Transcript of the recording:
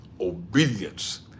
obedience